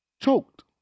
choked